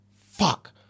fuck